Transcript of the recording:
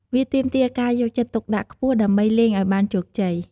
វាទាមទារការយកចិត្តទុកដាក់ខ្ពស់ដើម្បីលេងឲ្យបានជោគជ័យ។